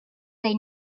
they